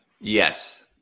Yes